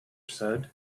said